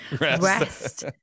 Rest